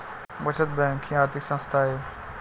बचत बँक ही आर्थिक संस्था आहे